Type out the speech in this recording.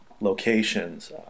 locations